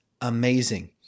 amazing